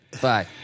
Bye